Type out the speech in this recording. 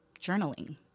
journaling